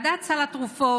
ועדת סל התרופות,